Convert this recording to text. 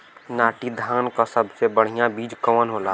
नाटी धान क सबसे बढ़िया बीज कवन होला?